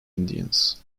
indians